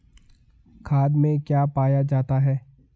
खाद में क्या पाया जाता है?